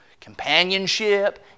Companionship